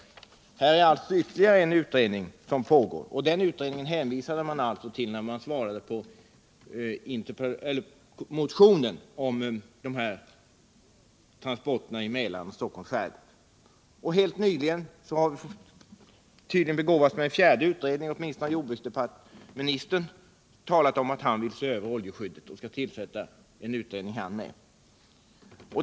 Detta är alltså ytterligare en utredning som pågår, och denna utredning hänvisade man till när man besvarade motionen om transporter i Mälaren och Stockholms skärgård. Helt nyligen har vi, såvitt jag vet, begåvats med en fjärde utredning — åtminstone har jordbruksministern talat om att han vill se över oljeskyddet och skall tillsätta en utredning.